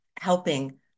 helping